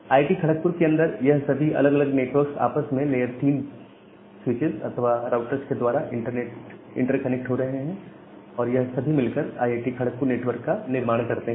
IIT Kharagpur के अंदर यह सभी अलग अलग नेटवर्क्स आपस में लेयर 3 स्विचेस अथवा राउटर्स के द्वारा इंटरकनेक्ट हो रहे हैं और यह सभी मिलकर आईआईटी खड़गपुर नेटवर्क का निर्माण करते हैं